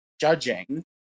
judging